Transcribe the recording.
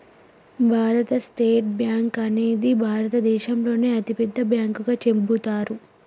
భారతీయ state bank అనేది భారతదేశంలోనే అతిపెద్ద బ్యాంకుగా చెబుతారు